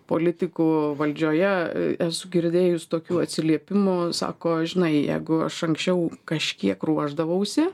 politikų valdžioje esu girdėjus tokių atsiliepimų sako žinai jeigu aš anksčiau kažkiek ruošdavausi